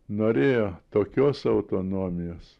norėjo tokios autonomijos